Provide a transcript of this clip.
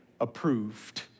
approved